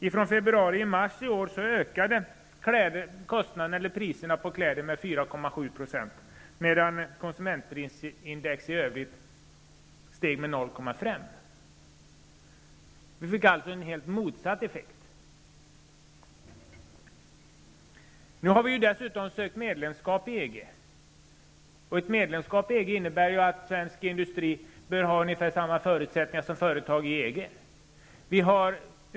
I februari-mars i år ökade priserna på kläder med 4,7 %, medan konsumentprisindex i övrigt steg med 0,5 %. Vi fick alltså en helt motsatt effekt. Nu har vi dessutom sökt medlemskap i EG. Ett medlemskap i EG innebär att svensk industri bör ha ungefär samma förutsättningar som företag i EG.